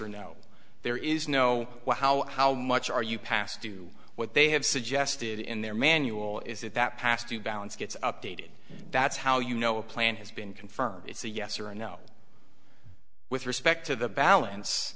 or no there is no how how much are you past do what they have suggested in their manual is it that past you balance gets updated that's how you know a plan has been confirmed it's a yes or no with respect to the balance